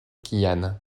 quillan